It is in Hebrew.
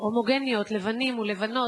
הומוגניות לבנים ולבנות,